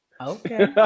okay